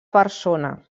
persona